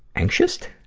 anxioust?